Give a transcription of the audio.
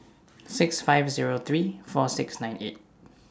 six five Zero three four six nine eight